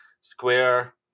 square